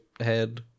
head